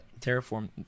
Terraform